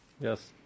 Yes